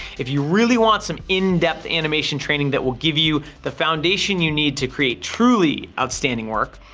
if you really want some in-depth animation training that will give you the foundation you need to create truly outstanding work,